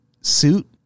suit